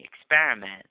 experiment